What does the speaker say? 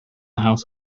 house